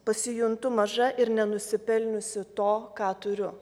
pasijuntu maža ir nenusipelniusi to ką turiu